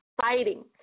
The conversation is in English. fighting